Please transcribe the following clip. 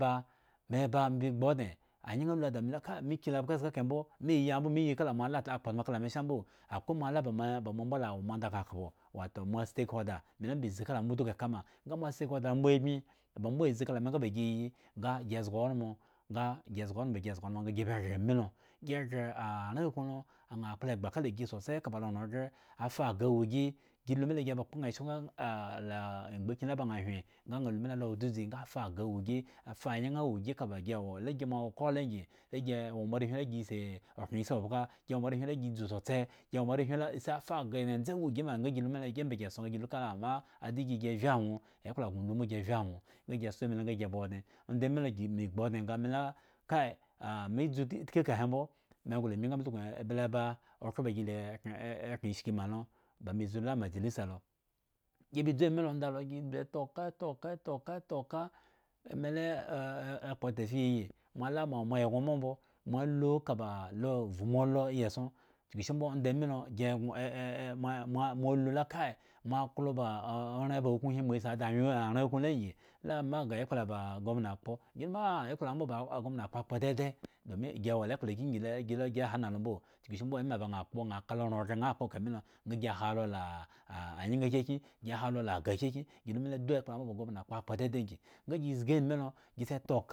Me ba me gbu odne ayan da me la kai me ki lo abgo zga kahe mbo me yi mbo, me yi kala mbo utmu kala sha mboo akwai mala ba me ba mo mbo la wo mo andakhpopo wato me stage holder me la me bi zi kala mo mbo duka eka ma, mo stake holder aba bmi bambo azi kala nga ba gi iyi nga gi zga onmo nga gi zga onmo nga ba gre ami lo gi gre aren akun lo ana kple egba kala sosai kaba ran ogre afa aga wu gi gi lu mele gi ba kpo aa eshko e laa emgbakyin la ba aa hwen nga naa ku ma lalo wo dzudzi afa wugi fa ayan wu gi eka ba gi ewo la gi mo ngi gi wo moarewhi le gi see okren ishribgagi wo moare le gi dzu tso ste gi wo moarewhi le se afa aga wu ndzendze nga gi lu mele adiyi gi vye ao nga soo ami lo nga ba odne onda mi lo gi me sbu odne la kai a me dzu ki eka mbo me nglo am. i nga me sukn bebe ba bleba "ee" gre eshki ma lo ba gi bzu lo ma amajalsa gi ba bzu ame onda lo gi toh oka tog oka toh oka eme lele eh kpo tafiya iyi mo ala mo wo mo eggon mbomto mo lu ka la vu mo ola iyi eggon chuku shi onda mi lo gi mo lu la kai mo klo ba oren ba akun mosi di anyen aren a kun ngi la amma ga ekplo ba gomna akpo gi ekpla gomna kpo akpo dai dai doniin gi wo la ekpla kying ba lagi hama mboo chuku shi ekpla ga kpo aka loran gre aa kpo kami lo nga gi halo la an an ayan kyekyen gi la aga kyekye gi lu me le du ekpo aa mbo ba ogomna akpo kpo daidai ngi nga gi zgi.